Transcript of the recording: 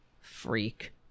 Freak